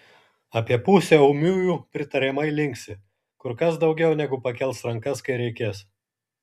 apie pusę ūmiųjų pritariamai linksi kur kas daugiau negu pakels rankas kai reikės